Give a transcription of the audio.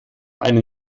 einen